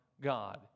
God